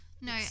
No